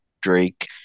Drake